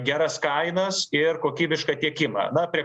geras kainas ir kokybišką tiekimą na prie